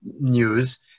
news